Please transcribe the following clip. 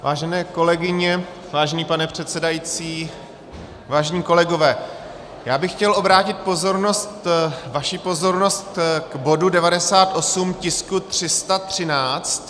Vážené kolegyně, vážený pane předsedající, vážení kolegové, já bych chtěl obrátit pozornost, vaši pozornost, k bodu 98, tisku 313.